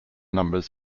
numbers